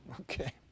Okay